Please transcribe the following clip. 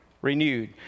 renewed